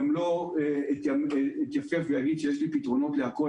גם לא אתייפייף ואגיד שיש לי פתרונות לכול,